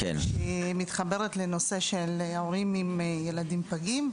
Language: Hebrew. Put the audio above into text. שמתחברת לנושא של הורים עם ילדים פגים,